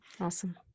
awesome